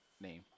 name